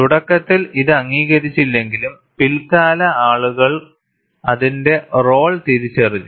തുടക്കത്തിൽ ഇത് അംഗീകരിച്ചില്ലെങ്കിലും പിൽക്കാല ആളുകൾ അതിന്റെ റോൾ തിരിച്ചറിഞ്ഞു